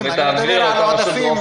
אני מדבר על עודפים.